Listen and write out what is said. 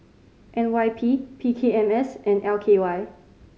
N Y P P K M S and L K Y